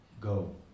Go